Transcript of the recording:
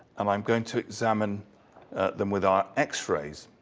um i'm going to examine them with our x-rays.